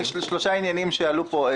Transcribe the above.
התייחסות אל שלושה עניינים שעלו פה.